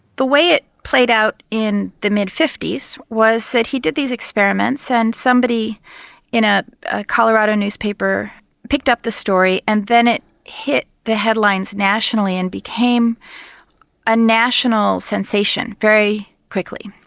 the way it played out in the mid fifty s was that he did these experiments and somebody in a colorado newspaper picked up the story and then it hit the headlines nationally and became a national sensation very quickly.